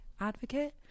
advocate